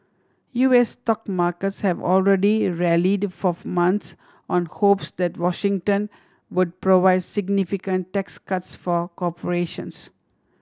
U S stock markets have already rallied for months on hopes that Washington would provide significant tax cuts for corporations